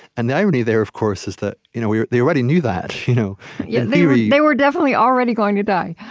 and the irony there, of course, is that you know they already knew that you know yeah they they were definitely already going to die.